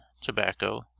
tobacco